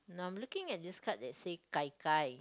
no I'm looking at this card that says Gai-Gai